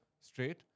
straight